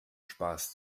spaß